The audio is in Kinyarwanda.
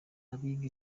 abiga